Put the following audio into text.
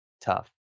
tough